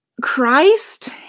Christ